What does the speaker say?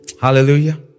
Hallelujah